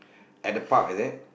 at the park is it